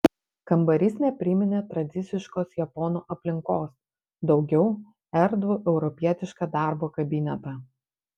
kambarys nepriminė tradiciškos japonų aplinkos daugiau erdvų europietišką darbo kabinetą